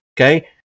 okay